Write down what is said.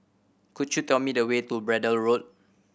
could you tell me the way to Braddell Road